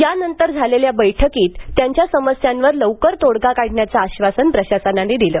यानंतर झालेल्या बैठकीत त्यांच्या समस्यांवर लवकर तोडगा काढण्याचं आश्वासन प्रशासनानं दिलं